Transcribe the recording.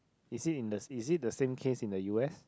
is it in the is it the same case in the u_s